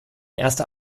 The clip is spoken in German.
erster